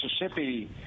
Mississippi